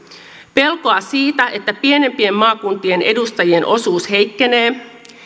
pelkoa siitä että pienempien maakuntien edustajien osuus heikkenee